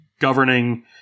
governing –